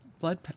blood